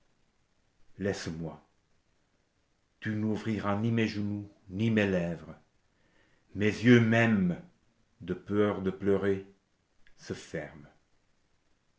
laisse-moi tu n'ouvriras ni mes genoux ni mes lèvres mes yeux mêmes de peur de pleurer se ferment